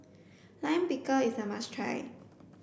Lime Pickle is a must try